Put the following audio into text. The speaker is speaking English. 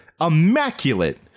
immaculate